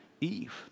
Eve